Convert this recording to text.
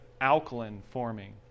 alkaline-forming